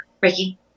Ricky